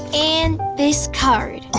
and this card. oh,